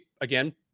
Again